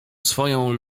swoją